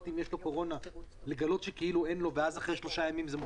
שאין לו קורונה ואז אחרי שלושה ימים זה מופיע.